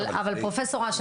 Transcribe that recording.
אבל פרופ' אש,